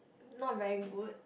not very good